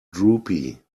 droopy